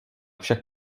však